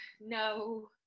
No